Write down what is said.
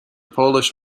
polish